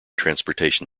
transportation